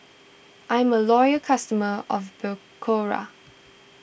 I'm a loyal customer of Berocca